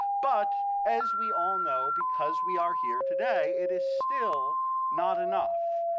but as we all know, because we are here today, it is still not enough,